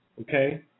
okay